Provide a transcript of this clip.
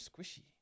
squishy